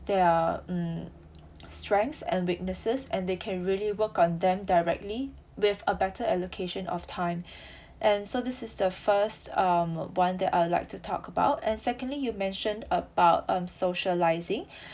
their mm strengths and weaknesses and they can really work on them directly with a better allocation of time and so this is the first um one that I would like to talk about and secondly you mentioned about um socialising